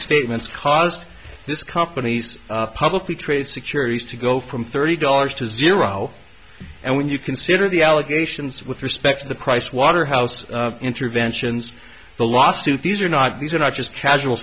restatements caused this companies publicly traded securities to go from thirty dollars to zero and when you consider the allegations with respect to the price waterhouse interventions the lawsuit these are not these are not just casual